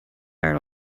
are